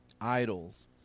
idols